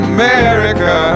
America